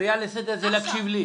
קריאה לסדר זה להקשיב לי.